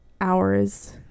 hours